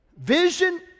Vision